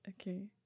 okay